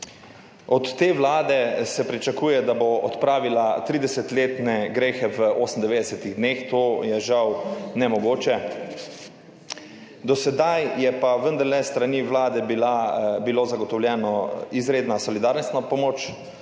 Od te vlade se pričakuje, da bo odpravila 30-letne grehe v 98 dneh. To je žal nemogoče. Do sedaj je pa vendarle s strani Vlade bila zagotovljeno izredna solidarnostna pomoč,